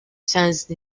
sensed